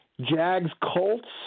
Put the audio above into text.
Jags-Colts